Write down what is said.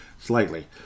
slightly